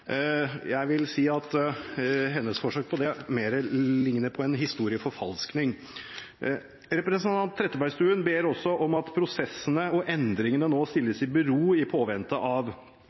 Jeg vil si at hennes forsøk på det ligner mer på en historieforfalskning. Representanten Trettebergstuen ber også om at prosessene og endringene nå stilles i bero i påvente av